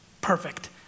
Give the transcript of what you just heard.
Perfect